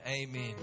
amen